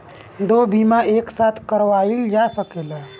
दो बीमा एक साथ करवाईल जा सकेला?